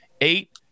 eight